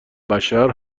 بشر